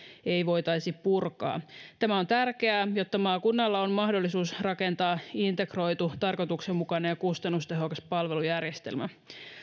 ei voitaisi purkaa tämä on tärkeää jotta maakunnalla on mahdollisuus rakentaa integroitu tarkoituksenmukainen ja kustannustehokas palvelujärjestelmä